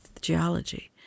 geology